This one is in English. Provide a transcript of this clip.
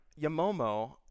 Yamomo